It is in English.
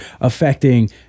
affecting